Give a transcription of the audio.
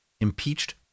impeached